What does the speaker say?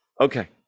Okay